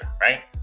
right